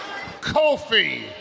Kofi